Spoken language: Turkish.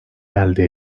elde